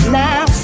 now